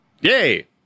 yay